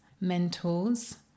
mentors